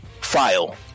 file